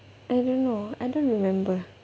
I don't know I don't remember